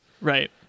Right